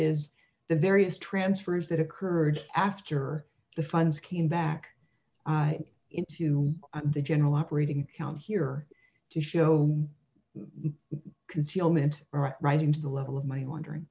is the various transfers that occurred after the funds came back into the general operating count here to show concealment or writing to the level of money laundering